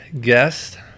guest